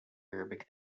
arabic